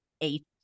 eight